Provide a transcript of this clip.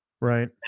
Right